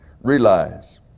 Realize